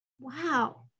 wow